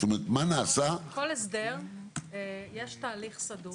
מה נעשה -- לכול הסדר יש תהליך סדור.